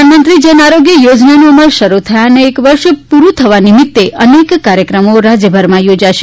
પ્રધાનમંત્રી જન આરોગ્ય યોજનાનો અમલ શરૂ થયાનો એક વર્ષ પૂરું થવા નિમિત્તે અનેક કાર્યક્રમો રાજ્યભરમાં યોજાશે